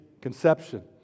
conception